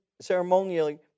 ceremonially